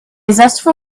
zestful